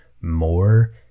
more